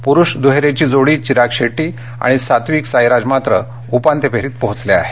पुरुष द्हेरीची जोडी चिराग शेट्टी आणि सात्विकसाईराज उपांत्य फेरीत पोहोचले आहेत